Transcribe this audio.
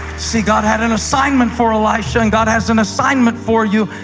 see, god had an assignment for elisha, and god has an assignment for you.